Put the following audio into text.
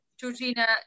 Georgina